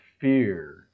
fear